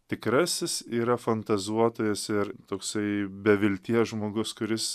tikrasis yra fantazuotojas ir toksai be vilties žmogus kuris